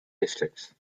districts